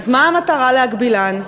אז מה המטרה להגבילן?